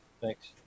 Thanks